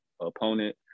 opponent